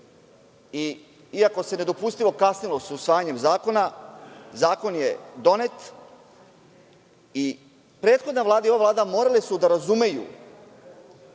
Iako se nedopustivo kasnilo sa usvajanjem zakona, zakon je donet. Prethodna Vlada i ova Vlada morale su da razumeju